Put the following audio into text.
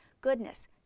goodness—